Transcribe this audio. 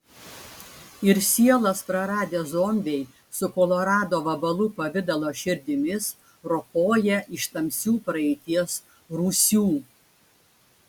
ir sielas praradę zombiai su kolorado vabalų pavidalo širdimis ropoja iš tamsių praeities rūsių